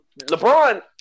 LeBron